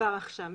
כבר עכשיו.